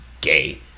gay